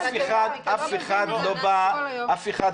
אף אחד לא בא להקצין.